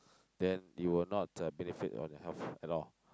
then you will not benefit from it at all